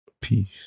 Peace